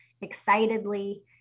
excitedly